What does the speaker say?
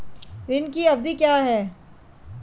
ऋण की अवधि क्या है?